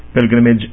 pilgrimage